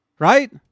Right